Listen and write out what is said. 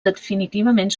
definitivament